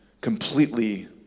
completely